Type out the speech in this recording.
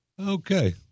Okay